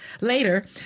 later